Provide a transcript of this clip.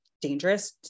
dangerous